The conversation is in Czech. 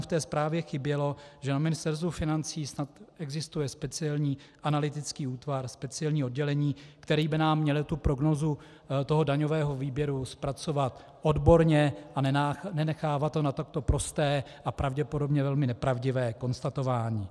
Ve zprávě mi chybělo, že na Ministerstvu financí snad existuje speciální analytický útvar, speciální oddělení, které by nám mělo prognózu daňového výběru zpracovat odborně a nenechávat to na takto prosté a pravděpodobně velmi nepravdivé konstatování.